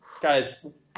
guys